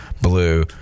blue